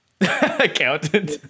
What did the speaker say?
accountant